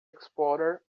explorer